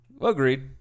Agreed